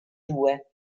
due